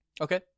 Okay